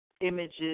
Images